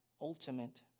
ultimate